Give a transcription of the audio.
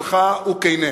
שלך הוא כן.